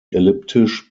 elliptisch